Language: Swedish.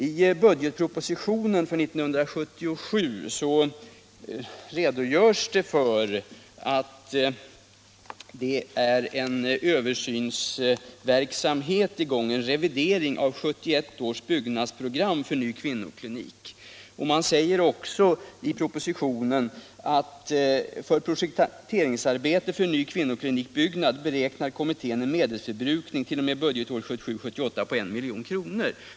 I budgetpropositionen för 1977 omtalas att det pågår en revidering av 1971 års byggnadsprogram för en ny kvinnoklinik. Det står också i propositionen att byggnadskommittén för projekteringsarbete för ny kvinnokliniksbyggnad beräknar en medelsförbrukningt.o.m. budgetåret 1977/78 på 1 milj.kr.